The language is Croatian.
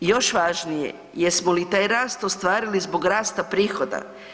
Još važnije, jesmo li taj rast ostvarili zbog rasta prihoda?